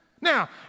Now